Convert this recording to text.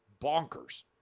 bonkers